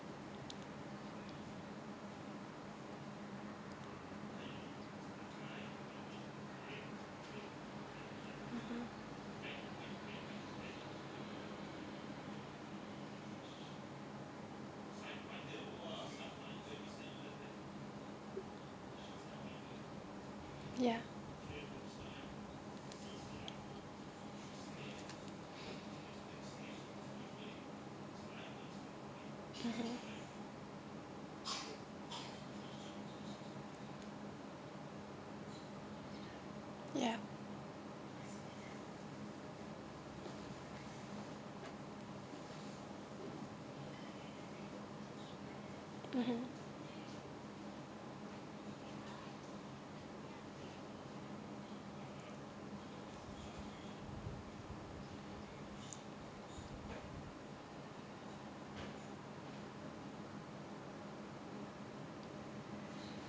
mmhmm ya mmhmm ya mmhmm